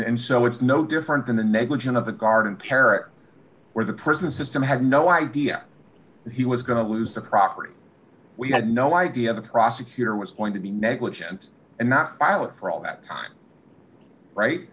and so it's no different than the negligence of the garden parish where the prison system had no idea he was going to lose the property we had no idea the prosecutor was going to be negligent and not file it for all that time right